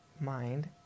mind